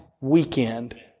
weekend